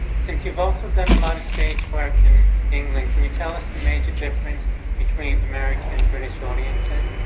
since you've also done a lot of stage work in england, can you tell us the major difference between american and british audiences?